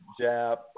jab